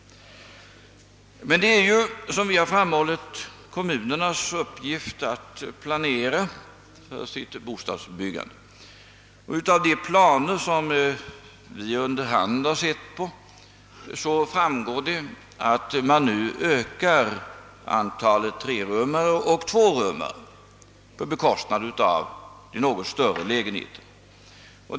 Men det är, som jag redan framhållit, kommunernas uppgift att planera bostadsbyggandet. Av de planer, som vi under hand sett, framgår att antalet trerummare och tvårummare ökas något på bekostnad av de något större lägenheterna.